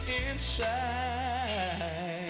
inside